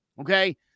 Okay